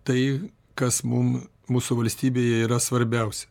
tai kas mum mūsų valstybėje yra svarbiausia